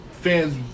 fans